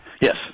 Yes